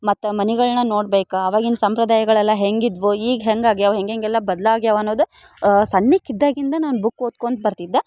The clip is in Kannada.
ಮತ್ತು ಮನೆಗಳ್ನ ನೋಡ್ಬೇಕು ಆವಾಗಿನ ಸಂಪ್ರದಾಯಗಳೆಲ್ಲ ಹೆಂಗಿದ್ದವು ಈಗ ಹೆಂಗೆ ಆಗ್ಯಾವ ಹೆಂಗೆ ಹೇಗೆಲ್ಲ ಬದ್ಲಾಗ್ಯಾವ ಅನ್ನೋದು ಸಣ್ಣಕೆ ಇದ್ದಾಗಿಂದ ನಾನು ಬುಕ್ ಓದ್ಕೊಳ್ತಾ ಬರ್ತಿದ್ದ